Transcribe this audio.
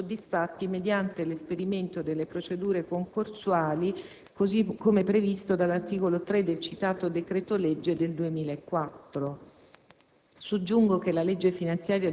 i cui interessi particolari sono soddisfatti mediante l'esperimento delle procedure concorsuali previste dall'articolo 3 del citato decreto legge 19